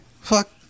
fuck